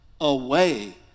away